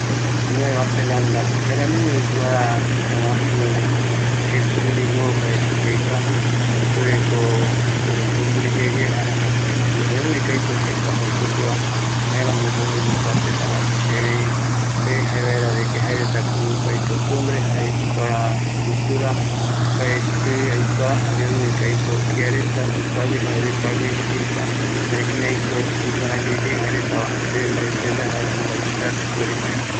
Nueva Zelanda pegua retako jaereta jae jekoreta jaeko maurien jare europea el jaka jae jokua mopeti danza reta mauri jeisupeno jae jokua jaereta jukurai jaereta guɨnoi oime yave iyarete reta oime yave mbae oyapo reta jukurai jaereta oyekua